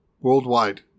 worldwide